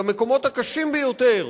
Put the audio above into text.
למקומות הקשים ביותר,